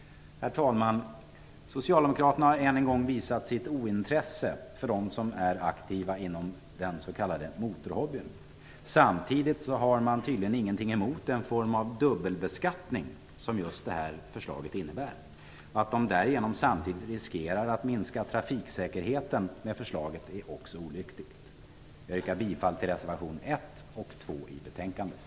Herr talman! Socialdemokraterna har än en gång visat sitt ointresse för dem som är aktiva inom den s.k. motorhobbyn. Samtidigt har de tydligen ingenting emot den form av dubbelbeskattning som just detta förslag innebär. Att de med förslaget samtidigt riskerar att minska trafiksäkerheten är också olyckligt. Jag yrkar bifall till reservationerna 1 och 2 i betänkandet.